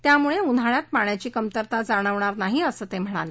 यामुळे उन्हाळयात पाण्याची कमतरता जाणवणार नाही असंही ते म्हणाले